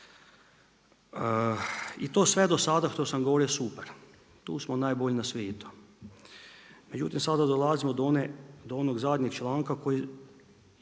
I to sve dosada što sam govorio je super. Tu smo najbolji na svijetu. Međutim, sada dolazimo do onog zadnjeg članka, koji